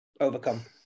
overcome